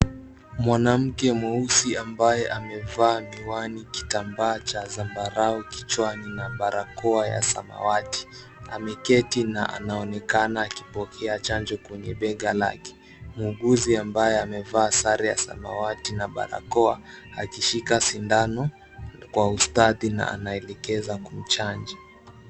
Mwanamke mweusi ambaye amevaa miwani, kitambaa cha zambarau kichwani na barakoa ya samawati ameketi na anaonekana akipokea chanjo kwenye bega lake. Muuguzi ambaye amevaa sare ya samawati na barakoa akishika sindano kwa ustadi na anaelekeza kumchanja.